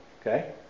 Okay